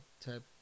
type